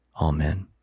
amen